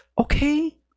okay